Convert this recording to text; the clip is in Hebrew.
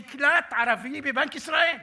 נקלט ערבי בבנק ישראל.